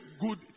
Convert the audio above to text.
good